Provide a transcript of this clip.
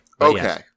Okay